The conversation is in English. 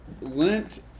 Lent